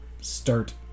start